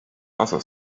other